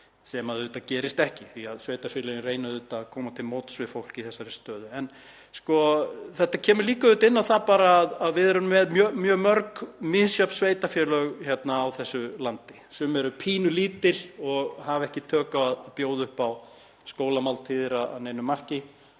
sem auðvitað gerist ekki því að sveitarfélögin reyna að koma til móts við fólk í þessari stöðu. Þetta kemur líka inn á það að við erum með mjög mörg misjöfn sveitarfélög á þessu landi. Sum eru pínulítil og hafa ekki tök á að bjóða upp á skólamáltíðir að neinu marki